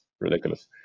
ridiculous